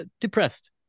depressed